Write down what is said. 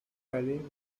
valley